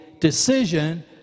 decision